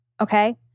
okay